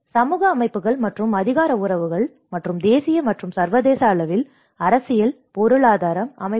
சமூக அமைப்புகள் மற்றும் அதிகார உறவுகள் மற்றும் தேசிய மற்றும் சர்வதேச அளவில் அரசியல் மற்றும் பொருளாதார அமைப்புகள்